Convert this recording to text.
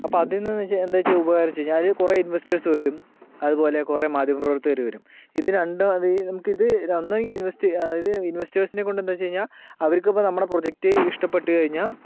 അപ്പോൾ അതീന്നു വെച്ചാൽ എന്താ വെച്ച് കഴിഞ്ഞാ അതില് കുറെ ഇൻവെസ്റ്റേഴ്സ് വരും അതുപോലെ കുറെ മാധ്യമ പ്രവർത്തകര് വരും ഇത് രണ്ടും അല്ലെങ്കിൽ നമുക്കിത് ഒന്നെങ്കിൽ ഇൻവെസ്റ്റ് ചെയ്യാം അതായത് ഇൻവെസ്റ്റേഴ്സിനെ കൊണ്ട് എന്തെന്ന് വെച്ച് കഴിഞ്ഞാൽ അവർക്കിപ്പം നമ്മടെ പ്രൊജക്റ്റ് ഇഷ്ടപ്പെട്ട് കഴിഞ്ഞാൽ